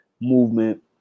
movement